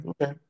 Okay